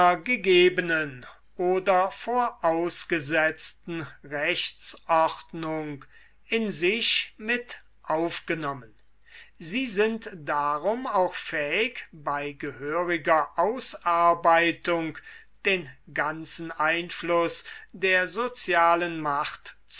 gegebenen oder vorausgesetzten rechtsordnung in sich mit aufgenommen sie sind darum auch fähig bei gehöriger ausarbeitung den ganzen einfluß der sozialen macht